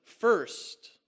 first